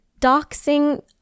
doxing